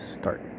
start